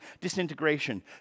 disintegration